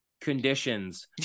conditions